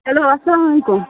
hello اسلام علیکُم